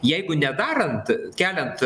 jeigu nedarant keliant